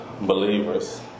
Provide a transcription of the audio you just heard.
believers